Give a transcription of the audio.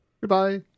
goodbye